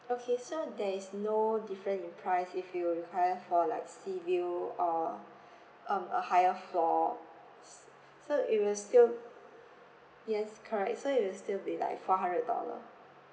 okay so there is no difference in price if you require for like sea view or um a higher floor s~ so it will still yes correct so it will still be like four hundred dollar